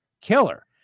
killer